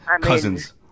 Cousins